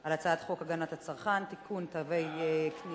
על הצעת חוק הגנת הצרכן (תיקון, תווי קנייה),